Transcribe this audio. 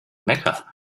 mecca